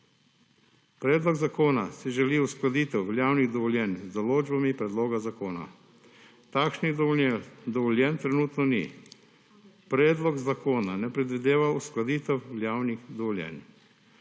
Predlog zakona si želi uskladitev veljavnih dovoljenj z določbami predloga zakona. Takšnih dovoljenj trenutno ni. Predlog zakona ne predvideva uskladitev veljavnih dovoljenj.